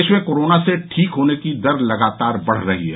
प्रदेश में कोरोना से ठीक होने की दर लगातार बढ़ रही है